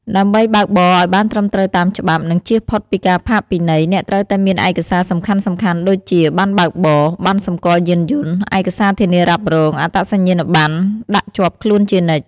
ដើម្បីបើកបរអោយបានត្រឹមត្រូវតាមច្បាប់ និងជៀសផុតពីការផាកពិន័យ អ្នកត្រូវតែមានឯកសារសំខាន់ៗដូចជា ប័ណ្ណបើកបរ ប័ណ្ណសម្គាល់យានយន្ត ឯកសារធានារ៉ាប់រង អត្តសញ្ញាណប័ណ្ណ ដាក់ជាប់ខ្លួនជានិច្ច។